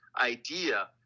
idea